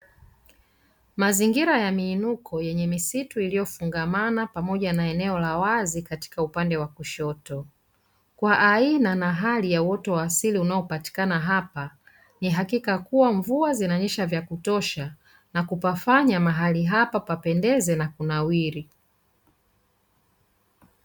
Mazingira yenye miinuko yenye misitu iliyofungamana pamoja na eneo la wazi katika upande wa kushoto, kwa aina na hali ya uoto wa asili unaopatikana hapa, ni hakika kuwa mvua zinanyesha vya kutosha na kupafanya mahali hapa papendeze na kunawiri.